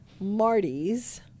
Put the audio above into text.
Marty's